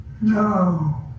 No